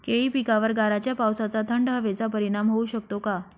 केळी पिकावर गाराच्या पावसाचा, थंड हवेचा परिणाम होऊ शकतो का?